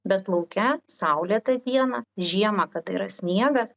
bet lauke saulėtą dieną žiemą kada yra sniegas